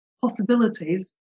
possibilities